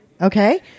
Okay